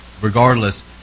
regardless